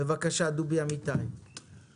דובי אמיתי, בבקשה.